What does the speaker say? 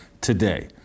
today